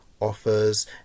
offers